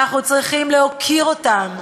אנחנו צריכים להוקיר אותם,